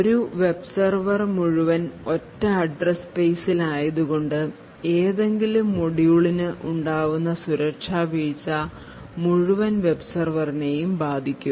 ഒരു web server മുഴുവൻ ഒറ്റ അഡ്രസ്സ് സ്പേസിൽ ആയതുകൊണ്ട് ഏതെങ്കിലും module നു ഉണ്ടാവുന്ന സുരക്ഷാവീഴ്ച മുഴുവൻ വെബ് സെർവെറിന്നെയും ബാധിക്കും